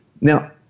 Now